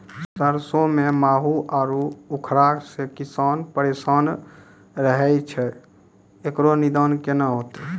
सरसों मे माहू आरु उखरा से किसान परेशान रहैय छैय, इकरो निदान केना होते?